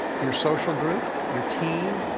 your social group, your team,